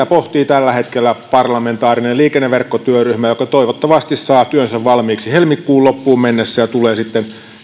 pohtii tällä hetkellä parlamentaarinen liikenneverkkotyöryhmä joka toivottavasti saa työnsä valmiiksi helmikuun loppuun mennessä ja tulee sitten